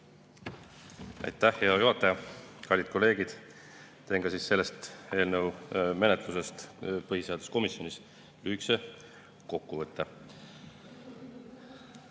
Aitäh, hea juhataja! Kallid kolleegid! Teen siis selle eelnõu menetlusest põhiseaduskomisjonis lühikese kokkuvõtte.